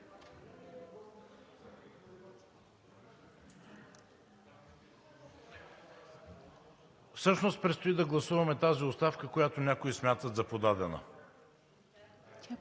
Всъщност предстои да гласуваме тази оставка, която някои смятат за подадена.